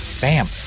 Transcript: bam